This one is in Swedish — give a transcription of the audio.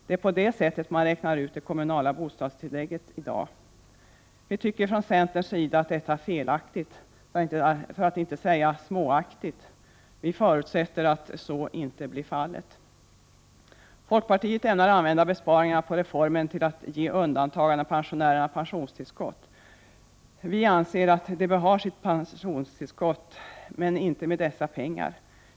Det är på det sättet som man räknar ut det kommunala bostadstillägget i dag. Vi i centern tycker att detta är felaktigt, för att inte säga småaktigt. Vi förutsätter att så inte blir fallet. Folkpartiet ämnar använda de besparingarna som görs till att ge undantagandepensionärerna pensionstillskott. Vi anser att dessa bör få sitt pensionstillskott, men inte med hjälp av de här pengarna.